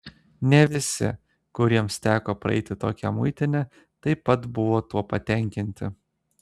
ne visi kuriems teko praeiti tokią muitinę taip pat buvo tuo patenkinti